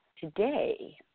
today